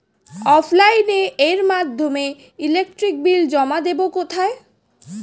অফলাইনে এর মাধ্যমে ইলেকট্রিক বিল জমা দেবো কোথায়?